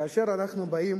כאשר אנחנו באים